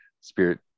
spirit